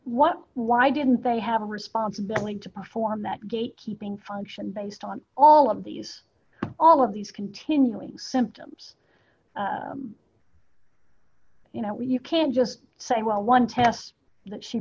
what why didn't they have a responsibility to perform that gatekeeping function based on all of these all of these continuing symptoms you know you can't just say well one test that she